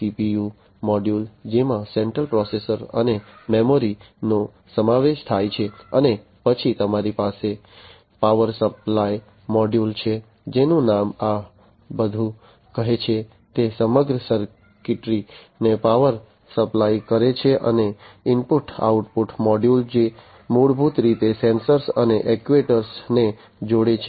CPU module જેમાં central processor અને મેમરીનો સમાવેશ થાય છે અને પછી તમારી પાસે પાવર સપ્લાય મોડ્યુલ છે જેનું નામ આ બધું કહે છે તે સમગ્ર સર્કિટરીને પાવર સપ્લાય કરે છે અને ઇનપુટ આઉટપુટ મોડ્યુલ જે મૂળભૂત રીતે સેન્સર્સ અને એક્ટ્યુએટર્સને જોડે છે